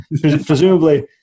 Presumably